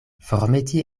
formeti